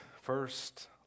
First